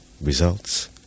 results